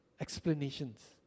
explanations